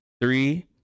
three